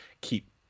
keep